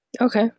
Okay